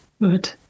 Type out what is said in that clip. good